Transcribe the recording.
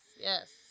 yes